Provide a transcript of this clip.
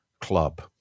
club